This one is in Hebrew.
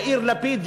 יאיר לפיד,